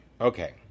Okay